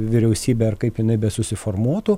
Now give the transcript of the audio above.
vyriausybė ar kaip jinai besusiformuotų